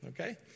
Okay